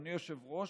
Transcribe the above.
אדוני היושב-ראש,